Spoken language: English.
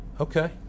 Okay